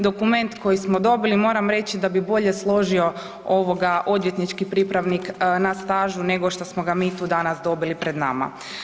Dokument koji smo dobili, moram reći da bi bolje složio ovoga odvjetnički pripravnik na stažu nego šta smo ga mi tu danas dobili pred nama.